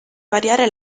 variare